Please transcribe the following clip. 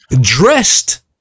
dressed